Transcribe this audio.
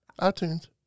iTunes